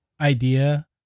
idea